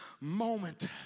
moment